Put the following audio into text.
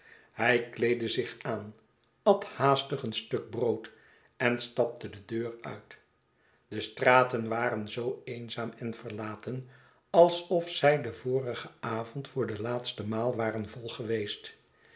hij kleedde zich aan at haastig een stuk brood en stapte dedeur uit de straten waren zoo eenzaam en verlaten alsof zij den vorigen avond voor de laatste maal waren vol geweest